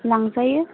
लांजायो